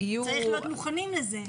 צריכים להיות מוכנים לזה.